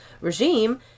regime